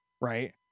Right